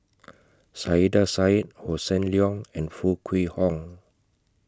Saiedah Said Hossan Leong and Foo Kwee Horng